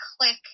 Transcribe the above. click